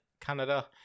Canada